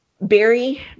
Barry